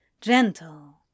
Gentle